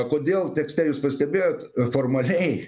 kodėl tekste jūs pastebėjot formaliai